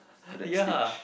to that stage